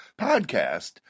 podcast